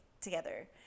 together